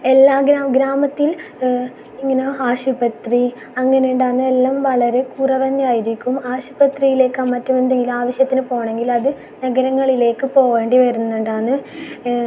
എല്ലാ ഗ്രാമത്തിൽ ഇങ്ങനെ ആശുപത്രി അങ്ങനെ ഉണ്ടാക്കുന്നതെല്ലാം വളരെ കുറവ് തന്നെ ആയിരിക്കും ആശുപത്രിയിലേക്കാണ് മറ്റും എന്തെങ്കിലും ആവശ്യത്തിന് പോകണമെങ്കിൽ അത് നഗരങ്ങളിലേക്ക് പോവേണ്ടി വരുന്നത് കൊണ്ടാണ്